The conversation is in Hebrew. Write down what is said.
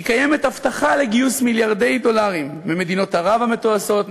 כ׳ קיימת הבטחה לגיוס מיליארדי דולרים ממדינות ערב המתועשות,